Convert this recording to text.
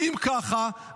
אם ככה,